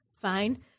fine